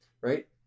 right